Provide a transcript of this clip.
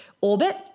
orbit